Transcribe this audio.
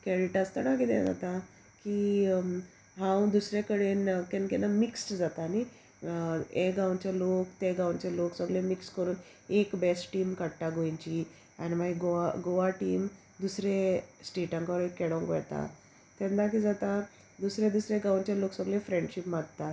खेळीट आसतना कितें जाता की हांव दुसरे कडेन केन्ना केन्ना मिक्स्ड जाता न्ही हे गांवचे लोक ते गांवचे लोक सगले मिक्स करून एक बेस्ट टीम काडटा गोंयची आनी मागीर गोवा गोवा टीम दुसरे स्टेटांक खेळोंक वेता तेन्ना किदें जाता दुसरे दुसरे गांवचे लोक सगले फ्रेंडशीप मारतात